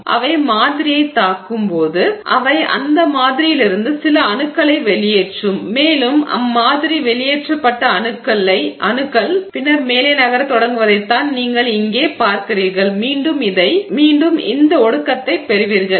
அவை பதக்கூறுவைத் மாதிரியைத் தாக்கும் போது அவை அந்த பதக்கூறுவிலிருந்து மாதிரியிலிருந்து சில அணுக்களை வெளியேற்றும் மேலும் அம்மாதிரி வெளியேற்றப்பட்ட அணுக்கள் பின்னர் மேலே நகரத் தொடங்குவதைத் தான் நீங்கள் இங்கே பார்க்கிறீர்கள் மீண்டும் இந்த சுருங்கல் ஒடுக்கத்தைப் பெறுவீர்கள்